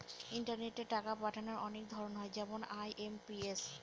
ইন্টারনেটে টাকা পাঠাবার অনেক ধরন হয় যেমন আই.এম.পি.এস